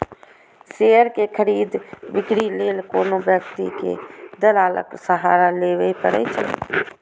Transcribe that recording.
share के खरीद, बिक्री लेल कोनो व्यक्ति कें दलालक सहारा लेबैए पड़ै छै